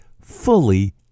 fully